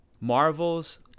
Marvel's